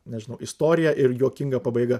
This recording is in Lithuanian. nežinau istorija ir juokinga pabaiga